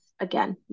again